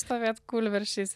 stovėt kūlversčiais